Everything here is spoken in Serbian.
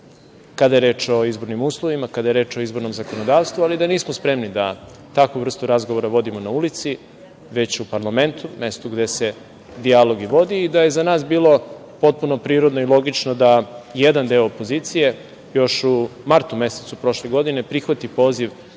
kada je reč o izbornim uslovima o izbornom zakonodavstvu, ali da nismo spremni da takvu vrstu razgovora vodimo na ulici, već u parlamentu, gde se dijalog vodi i da je za nas bilo potpuno prirodno i logično da jedan deo opozicije još u martu mesecu prošle godine prihvati poziv